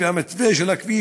והמתווה של הכביש,